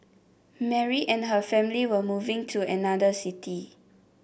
Mary and her family were moving to another city